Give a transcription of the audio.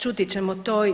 Čuti ćemo to.